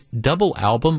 double-album